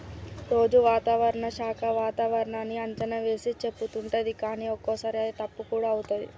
రోజు వాతావరణ శాఖ వాతావరణన్నీ అంచనా వేసి చెపుతుంటది కానీ ఒక్కోసారి అది తప్పు కూడా అవుతది